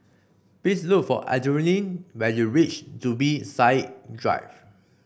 please look for Adrienne when you reach Zubir Said Drive